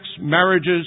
marriages